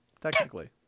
Technically